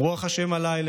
"רוח ה' עלי,